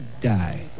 die